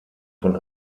von